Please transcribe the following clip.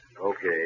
Okay